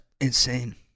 insane